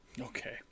Okay